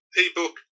e-book